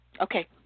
Okay